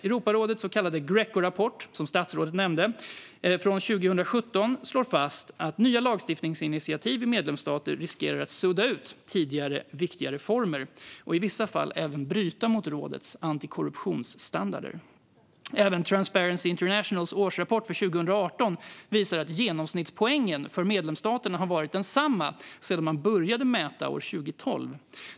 Europarådets så kallade Grecorapport, som statsrådet nämnde, från 2017 slår fast att nya lagstiftningsinitiativ i medlemsstater riskerar att sudda ut tidigare viktiga reformer och i vissa fall även bryta mot rådets antikorruptionsstandarder. Även Transparency Internationals årsrapport för 2018 visar att genomsnittspoängen för medlemsstaterna har varit densamma sedan man började mäta år 2012.